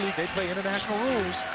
they play international rules.